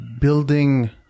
building